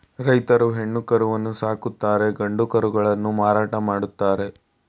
ರೈತ್ರು ಹೆಣ್ಣು ಕರುವನ್ನು ಸಾಕುತ್ತಾರೆ ಗಂಡು ಕರುಗಳನ್ನು ಮಾರಾಟ ಮಾಡ್ತರೆ